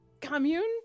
commune